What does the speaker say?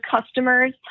customers